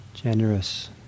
Generous